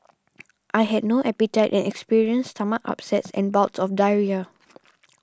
I had no appetite and experienced stomach upsets and bouts of diarrhoea